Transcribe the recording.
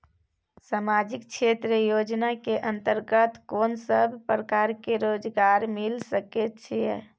सामाजिक क्षेत्र योजना के अंतर्गत कोन सब प्रकार के रोजगार मिल सके ये?